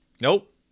Nope